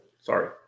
Sorry